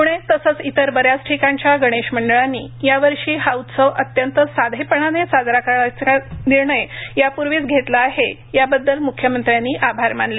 प्णे तसेच इतर बऱ्याच ठिकाणच्या गणेश मंडळांनी यावर्षी हा उत्सव अत्यंत साधेपणाने साजरा करण्याचा निर्णय यापूर्वीच घेतला आहे याबद्दल म्ख्यमंत्र्यांनी आभार मानले